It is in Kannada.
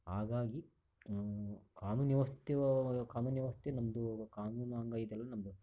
ಹಾಗಾಗಿ ಕಾನೂನು ವ್ಯವಸ್ಥೆ ಕಾನೂನು ವ್ಯವಸ್ಥೆ ನಮ್ಮದು ಕಾನೂನು ಅಂಗ ಇದೆಲ್ಲ ನಮ್ಮದು